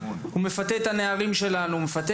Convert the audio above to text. והוא מפתה את הנערים שלנו ואת